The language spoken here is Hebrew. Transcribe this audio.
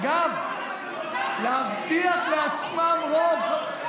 אגב, להבטיח לעצמם רוב,